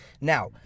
Now